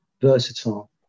versatile